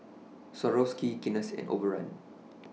Swarovski Guinness and Overrun